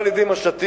לא על-ידי משטים,